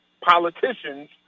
politicians